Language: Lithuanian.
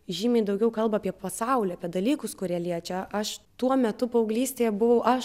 žymiai daugiau kalba apie pasaulį apie dalykus kurie liečia aš tuo metu paauglystėje buvau aš